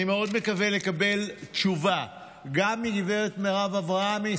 אני מאוד מקווה לקבל תשובה גם מגב' מרב אברהמי,